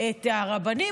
את הרבנים?